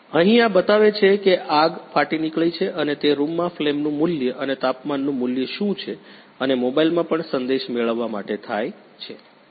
અહીં આ બતાવે છે કે આગ ફાટી નીકળી છે અને તે રૂમમાં ફ્લેમનું મૂલ્ય અને તાપમાનનું મૂલ્ય શું છે અને મોબાઇલમાં પણ સંદેશ મેળવવા માટે થાય છે